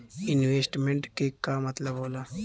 Investment क का मतलब हो ला?